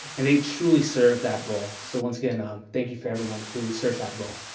and they truly serve that role, so once again um thank you for everyone who served that role.